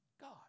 God